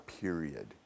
period